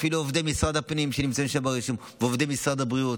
ואפילו עובדי משרד הפנים ועובדי משרד הבריאות,